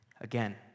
Again